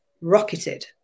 rocketed